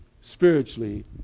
spiritually